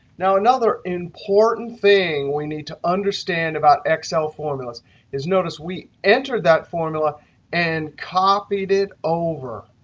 now, another important thing we need to understand about excel formulas is notice, we enter that formula and copied it over.